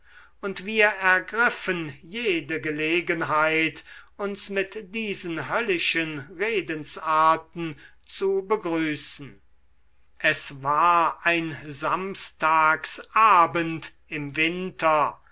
und wir ergriffen jede gelegenheit uns mit diesen höllischen redensarten zu begrüßen es war ein samstagsabend im winter